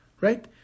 right